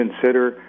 consider